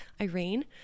Irene